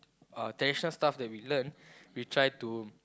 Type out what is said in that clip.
uh traditional stuff that we learn we try to